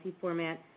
format